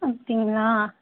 அப்படிங்களா